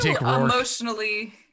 emotionally